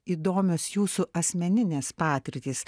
įdomios jūsų asmeninės patirtys